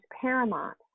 paramount